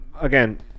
again